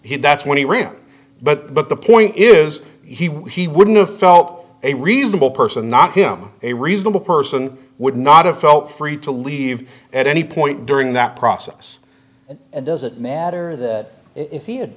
here that's when he really but the point is he wouldn't have felt a reasonable person not him a reasonable person would not have felt free to leave at any point during that process it doesn't matter that he had